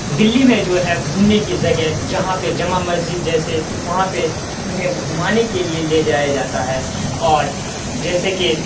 دلّی میں جو ہے گھومنے کی جگہ جہاں پہ جمع مسجد جیسے وہاں پہ انہیں گھمانے کے لیے لے جایا جاتا ہے اوٹ جیسے کہ